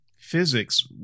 Physics